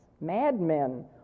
madmen